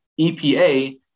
EPA